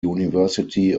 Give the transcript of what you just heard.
university